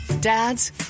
Dads